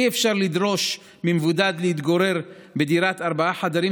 אי-אפשר לדרוש ממבודד להתגורר בדירת ארבעה חדרים